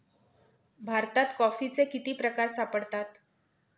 भारतात कॉफीचे किती प्रकार सापडतात?